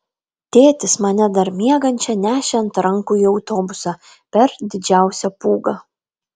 tėtis mane dar miegančią nešė ant rankų į autobusą per didžiausią pūgą